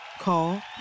Call